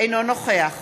אינו נוכח